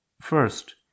First